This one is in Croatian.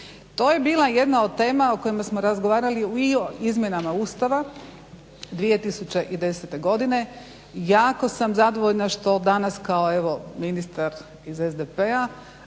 To je bila jedna od tema o kojima smo razgovarali i u izmjenama Ustava 2010. godine. Jako sam zadovoljna što danas kao evo ministar iz SDP-a